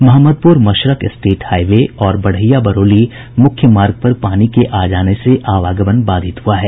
Mohammadpur Mashrak state highway और बढ़ैया बरौली मुख्य मार्ग पर पानी के आ जाने से आवागमन बाधित हुआ है